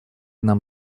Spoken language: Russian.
нам